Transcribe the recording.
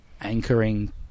anchoring